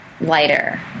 lighter